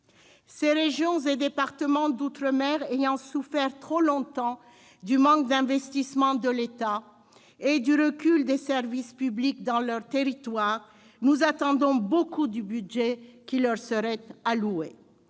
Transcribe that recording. Les régions et départements d'outre-mer ayant souffert trop longtemps du manque d'investissements de l'État et du recul des services publics, nous attendions beaucoup, madame la ministre, du budget qui leur serait alloué.